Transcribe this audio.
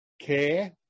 care